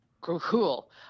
Cool